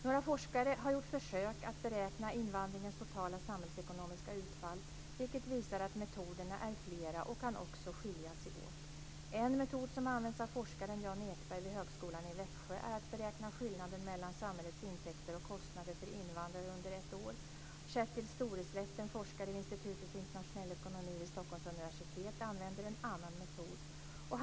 Några forskare har gjort försök att beräkna invandringens totala samhällsekonomiska utfall vilket visar att metoderna är flera och också kan skilja sig åt. En metod som används av forskaren Jan Ekberg vid Högskolan i Växjö är att beräkna skillnaden mellan samhällets intäkter och kostnader för invandrare under ett år. Kjetil Storesletten, forskare vid Institutet för internationell ekonomi vid Stockholms universitet, använder en annan metod.